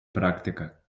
практика